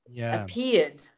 appeared